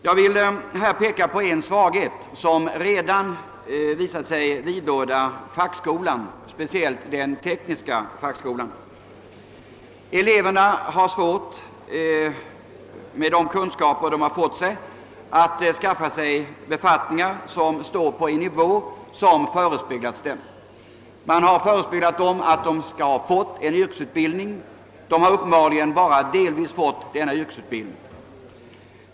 Jag vill här peka på en svaghet som redan visat sig vidlåda fackskolan, speciellt den tekniska fackskolan. Eleverna har svårt att på grundval av de kunskaper de inhämtat skaffa sig befattningar på den nivå som förespeglats dem. Man har sagt att de fått en fullständig yrkesutbildning men i själva verket är den bara delvis fullständig.